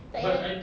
tak payah